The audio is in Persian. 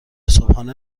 صبحانه